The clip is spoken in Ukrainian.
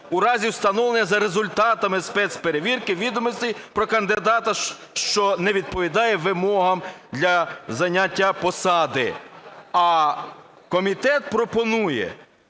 у разі встановлення за результатами спецперевірки відомостей про кандидата, що не відповідає вимогам для зайняття посади. А комітет пропонує,